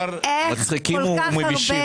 מצחיקים ומבישים.